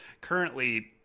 Currently